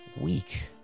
weak